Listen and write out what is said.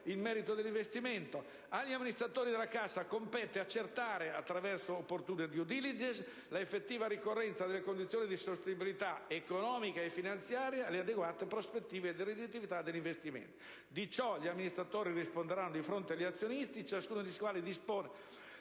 il merito dell'investimento. Agli amministratori della Cassa compete accertare, attraverso opportune *due diligence*, l'effettiva ricorrenza delle condizioni di sostenibilità economico-finanziaria e le adeguate prospettive di redditività dell'investimento. Di ciò gli amministratori risponderanno di fronte agli azionisti, ciascuno dei quali dispone